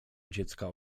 dziecka